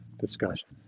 discussion